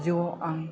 जिउआव आं